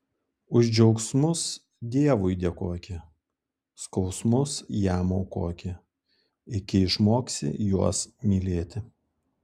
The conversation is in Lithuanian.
už džiaugsmus dievui dėkoki skausmus jam aukoki iki išmoksi juos mylėti